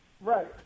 Right